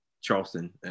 charleston